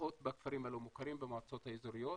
בכפרים הלא מוכרים, במועצות האזוריות,